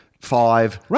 five